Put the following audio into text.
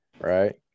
right